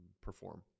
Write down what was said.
perform